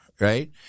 right